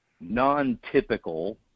non-typical